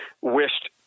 wished